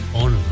on